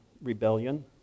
rebellion